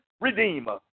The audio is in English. redeemer